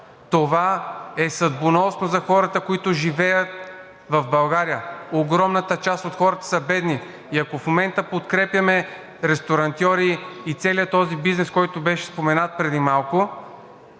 това е съдбоносно за хората, които живеят в България. Огромната част от хората са бедни и ако в момента подкрепяме ресторантьорите и целия този бизнес, който беше споменат преди малко,